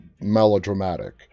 melodramatic